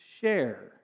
share